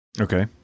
Okay